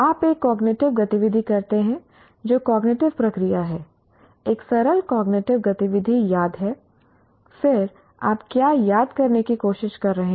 आप एक कॉग्निटिव गतिविधि करते हैं जो कॉग्निटिव प्रक्रिया है एक सरल कॉग्निटिव गतिविधि याद है फिर आप क्या याद करने की कोशिश कर रहे हैं